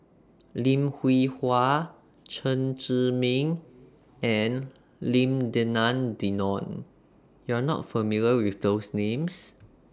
Lim Hwee Hua Chen Zhiming and Lim Denan Denon YOU Are not familiar with those Names